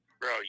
bro